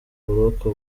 buroko